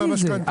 הבנתי את זה,